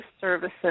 services